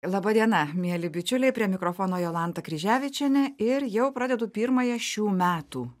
laba diena mieli bičiuliai prie mikrofono jolanta kryževičienė ir jau pradedu pirmąją šių metų